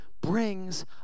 brings